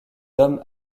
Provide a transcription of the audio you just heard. dom